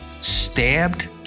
stabbed